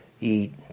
eat